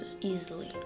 easily